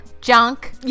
Junk